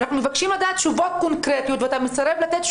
אנחנו מבקשים לדעת תשובות ואתה מסרב לתת.